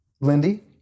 Lindy